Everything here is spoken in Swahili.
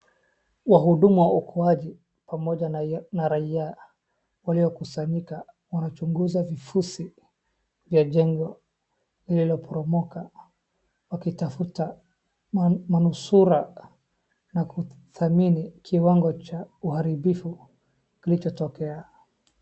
Wahudumu wa uokoaji pamoja na raia wamekusanyika wanachunguza vifusi vya jengo lililoporomoka wakitafuta manusura na kudhamini kiwango cha uharibifu kilichotokea.